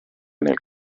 nel